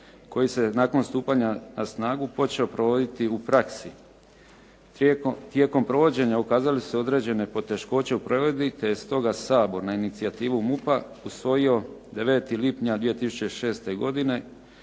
koji se nakon stupanja na snagu počeo provoditi u praksi. Tijekom provođenja ukazale su se određene poteškoće u provedbi te je stoga Sabor na inicijativu MUP-a usvojio 9. lipnja 2006. godine